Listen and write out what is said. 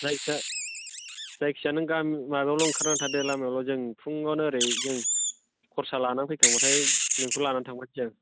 जायखिया जायखिया नों गामिनि माबायावल' ओंखारनानै थादो लामायाव जों फुङावनो ओरै जों खरसा लानानै फैखांब्लाथाय नोंखौ लानानै थांफासै जों